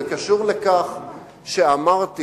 זה קשור לכך שאמרתי